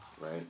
right